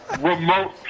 remote